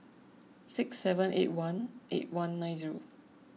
six seven eight one eight one nine zero